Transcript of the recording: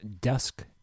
Dusk